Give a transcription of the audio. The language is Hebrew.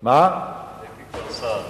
הייתי כבר שר.